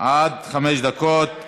עד חמש דקות.